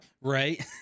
Right